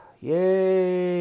yay